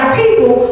people